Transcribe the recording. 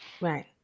Right